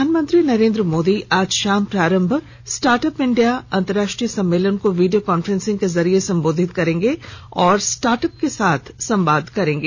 प्रधानमंत्री नरेन्द्र मोदी आज शाम प्रारंभ स्टार्टअप इंडिया अंतरराष्ट्रीय सम्मेलन को वीडियो कांफ्रेंसिंग से संबोधित करेंगे और स्टार्टअप के साथ संवाद करेंगे